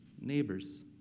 neighbors